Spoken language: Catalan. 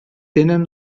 tenen